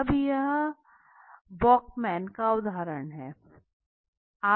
अब यह वॉकमैन का उदहारण है